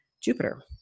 Jupiter